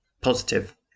positive